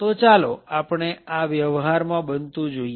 તો ચાલો આપણે આ વ્યવહારમાં બનતું જોઈએ